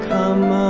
Come